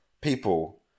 people